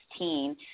2016